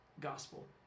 gospel